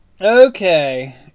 Okay